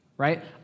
right